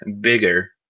bigger